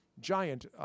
Giant